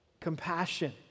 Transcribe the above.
compassion